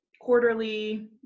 quarterly